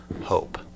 hope